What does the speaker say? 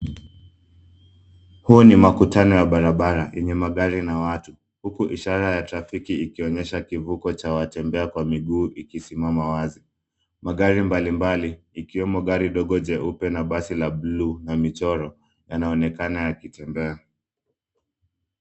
Huu ni makutano ya barabara yenye magari na watu huku ishara ya trafiki ikionyesha kivuko cha watembea kwa miguu ikisimama wazi. Magari mbalimbali ikiwemo gari ndogo jeupe na basi la buluu na michoro yanaonekana yakitembea.